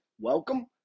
welcome